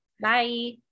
Bye